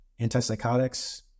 antipsychotics